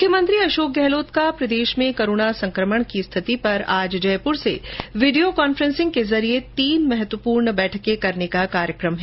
मुख्यमंत्री अशोक गहलोत का प्रदेश में कोरोना संक्रमण की स्थिति पर आज जयपुर सें वीडियो कॉन्फ्रेंस के जरिये तीन महत्वपूर्ण बैठक करने का कार्यक्रम है